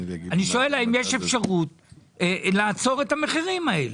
אני שואל אם יש אפשרות לעצור את המחירים האלה.